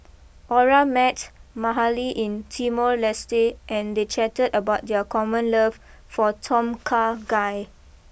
Ora met Mahalie in Timor Leste and they chatted about their common love for Tom Kha Gai